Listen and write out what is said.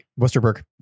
Westerberg